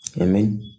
Amen